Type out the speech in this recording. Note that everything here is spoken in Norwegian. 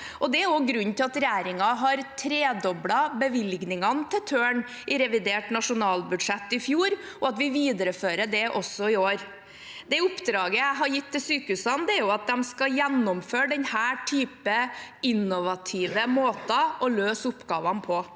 Det er også grunnen til at regjeringen tredoblet bevilgningene til Tørn i revidert nasjonalbudsjett i fjor, og at vi viderefører det også i år. Det oppdraget jeg har gitt til sykehusene, er at de skal gjennomføre slike innovative måter å løse oppgavene på.